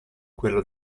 quello